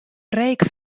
reek